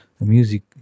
music